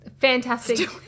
Fantastic